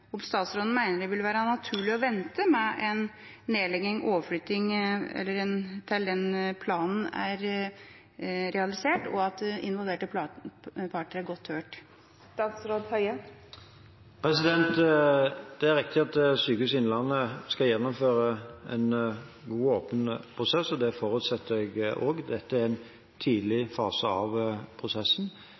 det vil være naturlig å vente med en nedlegging eller overflytting til den planen er realisert og involverte parter er godt hørt? Det er riktig at Sykehuset Innlandet skal gjennomføre en god og åpen prosess, og det forutsetter jeg også. Dette er en tidlig fase av prosessen,